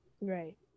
Right